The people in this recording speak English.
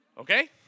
Okay